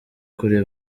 kuri